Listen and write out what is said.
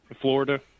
Florida